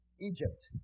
Egypt